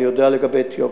אני יודע לגבי אתיופים,